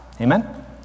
Amen